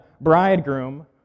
bridegroom